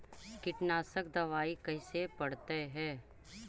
कीटनाशक दबाइ कैसे पड़तै है?